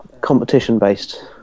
competition-based